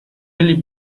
really